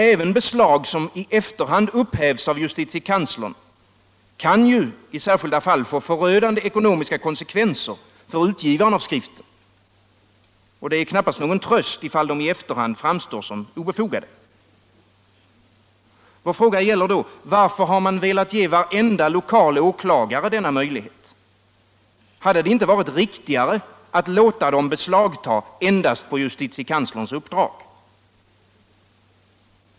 Även beslag som i efterhand upphävs av JK kan ju i särskilda fall få förödande ekonomiska konsekvenser för utgivaren av skriften, och det är knappast någon tröst om de i efterhand framstår som obefogade. Vår fråga gäller då: Varför har man velat ge varenda lokal åklagare denna möjlighet? Hade det inte varit riktigare att låta dessa åklagare beslagta endast på justitiekanslerns uppdrag?